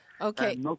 Okay